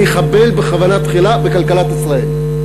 מחבל בכוונה תחילה בכלכלת ישראל.